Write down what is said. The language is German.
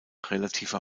relativer